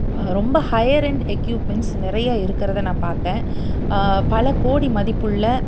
ரொம்ப higher end equipments நிறைய இருக்கிறத நான் பார்த்தேன் பல கோடி மதிப்புள்ள